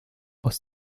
aus